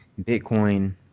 Bitcoin